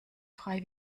frei